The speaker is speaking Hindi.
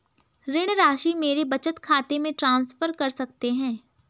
ऋण राशि मेरे बचत खाते में ट्रांसफर कर सकते हैं?